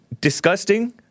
disgusting